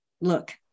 look